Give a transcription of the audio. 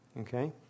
Okay